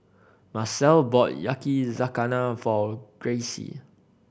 Marcelle bought Yakizakana for Gracie